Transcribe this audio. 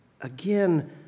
Again